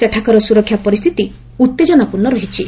ସେଠାକାର ସ୍ୱରକ୍ଷା ପରିସ୍ଥିତି ଉତ୍ତେଜନାପୂର୍ଣ୍ଣ ରହିଛି